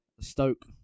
Stoke